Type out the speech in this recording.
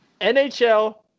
NHL